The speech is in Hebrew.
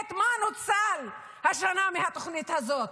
באמת מה נוצל השנה מהתוכנית הזאת.